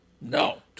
No